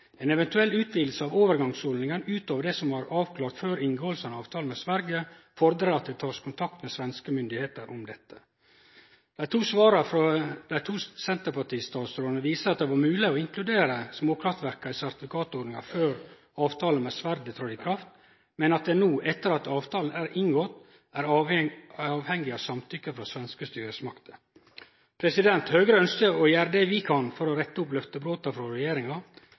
eventuell utvidelse av overgangsordningen utover det som var avklart før inngåelse av avtalen med Sverige, fordrer at det tas kontakt med svenske myndigheter om dette.» Dei to svara frå dei to senterpartistatsrådane viser at det var mogleg å inkludere småkraftverka i sertifikatordninga før avtalen med Sverige tredde i kraft, men at ein no, etter at avtalen er inngått, er avhengig av samtykke frå svenske styresmakter. Høgre ønskjer å gjere det vi kan for å rette opp løftebrota frå regjeringa.